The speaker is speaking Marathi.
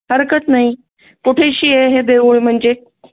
हरकत नाही कुठेशी आहे हे देऊळ म्हणजे